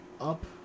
up